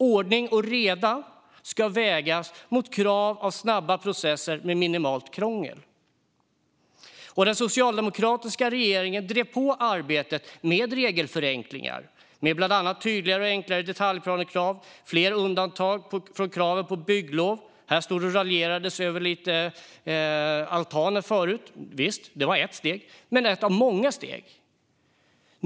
Ordning och reda ska vägas mot krav på snabba processer med minimalt krångel. Den socialdemokratiska regeringen drev på arbetet med regelförenklingar, med bland annat tydligare och enklare detaljplanekrav och fler undantag från kraven på bygglov. Här raljerades det tidigare över altaner - visst, det var ett steg, men det var ett av många steg.